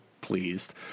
pleased